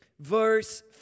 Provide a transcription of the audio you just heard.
verse